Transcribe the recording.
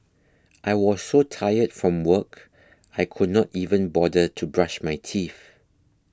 I was so tired from work I could not even bother to brush my teeth